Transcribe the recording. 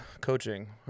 coaching